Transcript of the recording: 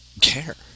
care